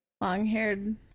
long-haired